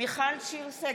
מיכל שיר סגמן,